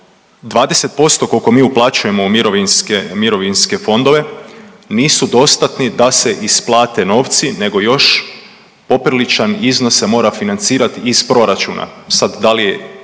20% koliko mi uplaćujemo u mirovinske fondove nisu dostatni da se isplate novci nego još popriličan iznos se mora financirati iz proračuna. Sad da li je